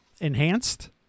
enhanced